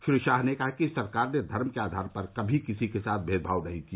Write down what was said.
श्री शाह ने कहा कि सरकार ने धर्म के आधार पर कभी किसी के साथ मेदभाव नहीं किया